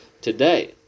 today